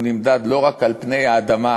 נמדד לא רק על פני האדמה